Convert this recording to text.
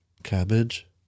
cabbage